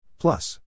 Plus